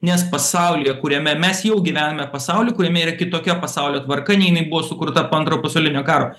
nes pasaulyje kuriame mes jau gyvename pasauly kuriame yra kitokia pasaulio tvarka nei jinai buvo sukurta po antro pasaulinio karo